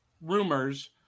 rumors